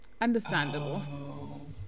Understandable